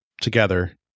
together